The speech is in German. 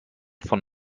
von